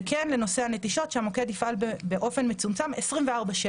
וכן לנושא הנטישות שהמוקד יפעל באופן מצומצם 24/7,